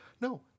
no